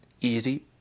Easy